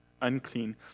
unclean